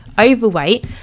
overweight